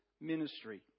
ministry